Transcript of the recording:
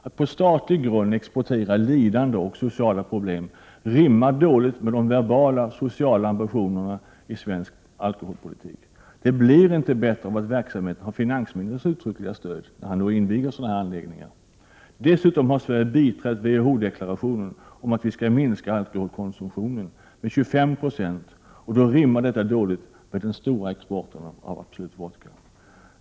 Att på statlig grund exportera lidanden och sociala problem rimmar dåligt med de verbala sociala ambitionerna i svensk alkoholpolitik. Det blir inte bättre av att verksamheten har finansministerns uttryckliga stöd. Dessutom har Sverige biträtt WHO-deklarationen om att vi skall minska alkoholkonsumtionen med 25 20, och då rimmar detta dåligt med den stora exporten av Absolut vodka.